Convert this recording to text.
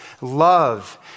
love